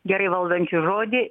gerai valdančių žodį